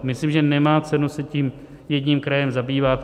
Myslím, že nemá cenu se tím jedním krajem zabývat.